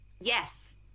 Yes